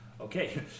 Okay